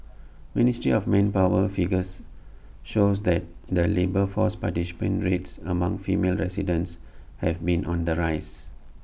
ministry of manpower figures shows that the labour force participation rates among female residents have been on the rise